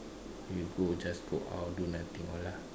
you go just go out and do nothing all lah